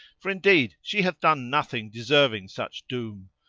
for indeed she hath done nothing deserving such doom.